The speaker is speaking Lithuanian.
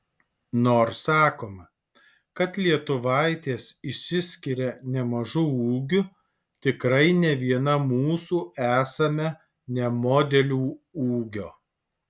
nors sakoma kad lietuvaitės išsiskiria nemažu ūgiu tikrai ne viena mūsų esame ne modelių ūgio